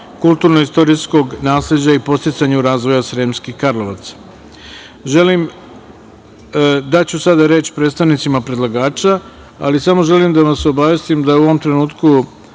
kulturno-istorijskog nasleđa i podsticanju razvoja Sremskih Karlovaca. Daću sada reč predstavnicima predlagača, ali samo želim da vas obavestim da je u ovom trenutku